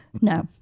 No